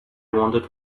wanted